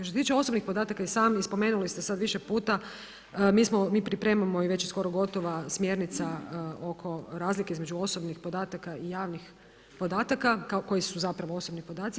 Što se tiče osobnih podataka i sami spomenuli ste sada više puta, mi smo, mi pripremamo, već je skoro gotova smjernica oko razlike između osobnih podataka i javnih podataka, koje su zapravo osobni podaci.